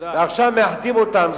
ועכשיו מאחדים אותם,